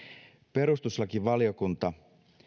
perustuslakivaliokunta